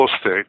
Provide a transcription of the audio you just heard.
state